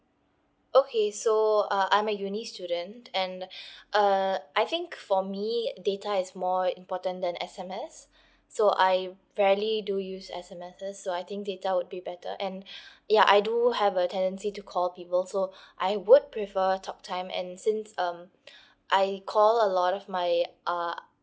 okay so uh I'm a uni student and uh I think for me data is more important than S_M_S so I rarely do use S_M_Ss so I think data would be better and ya I do have a tendency to call people so I would prefer talk time and since um I call a lot of my uh